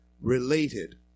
related